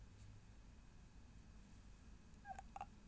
uh ah